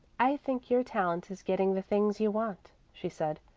i think your talent is getting the things you want, she said,